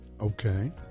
Okay